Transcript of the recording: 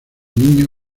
niño